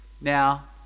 Now